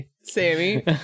Sammy